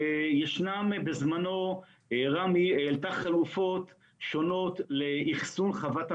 בזמנו רמ"י העלתה חלופות שונות לאחסון חוות המכלים,